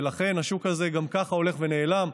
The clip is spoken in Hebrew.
ולכן השוק הזה גם ככה הולך ונעלם.